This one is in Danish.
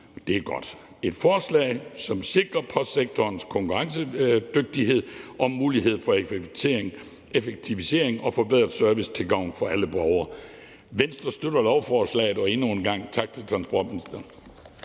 Det er et forslag, som sikrer postsektorens konkurrencedygtighed og muligheden for effektivisering og forbedret service til gavn for alle borgere. Venstre støtter lovforslaget, og jeg vil endnu en gang sige tak til transportministeren.